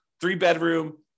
three-bedroom